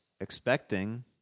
expecting